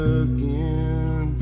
again